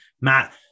Matt